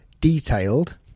detailed